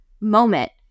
Moment